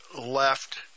left